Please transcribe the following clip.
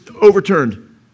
overturned